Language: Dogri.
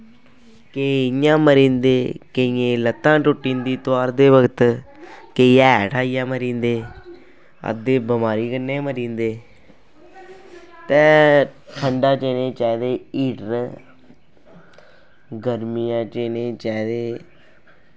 केईं इ'यां मरीं दे केइयें दियां लत्तां टुट्टी जंदियां तोआरदे वक्त केईं हेठ आइयै मरीं दे अद्धे बमारियें कन्नै गै मरीं दे ते ठंडा च इ'नें ई चाहिदे हीटर गरमियां च इ'नें गी चाहिदे